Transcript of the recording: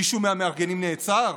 מישהו מהמארגנים נעצר?